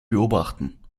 beobachten